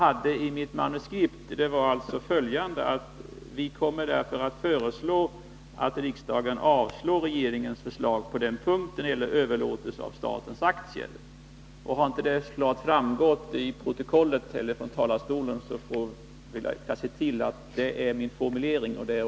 Av mitt manuskript framgår att vi kommer att föreslå att riksdagen avslår regeringens förslag på denna punkt när det gäller överlåtelse av statens aktier. Om inte detta klart framgått av protokollet eller av vad som sagts från talarstolen kommer jag att se till att detta är min formulering.